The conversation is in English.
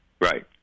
Right